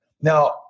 Now